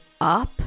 up